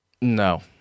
No